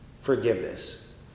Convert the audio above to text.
Forgiveness